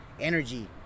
energy